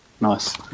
nice